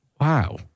Wow